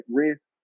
risk